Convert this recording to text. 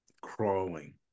crawling